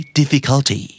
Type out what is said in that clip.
difficulty